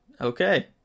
okay